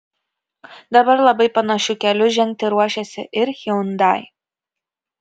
dabar labai panašiu keliu žengti ruošiasi ir hyundai